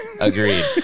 Agreed